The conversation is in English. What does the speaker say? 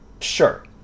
sure